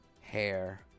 hair